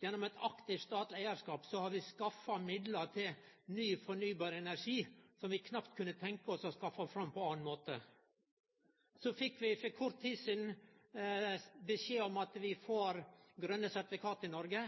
Gjennom eit aktivt statleg eigarskap har vi skaffa midlar til ny fornybar energi som vi knapt kunne tenkje oss å skaffe fram på annan måte. For kort tid sidan fekk vi beskjed om at vi får grøne sertifikat i Noreg.